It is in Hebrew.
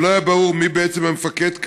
אבל לא היה ברור מי בעצם המפקד כאן,